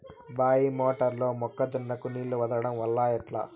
బాయి మోటారు లో మొక్క జొన్నకు నీళ్లు వదలడం ఎట్లా?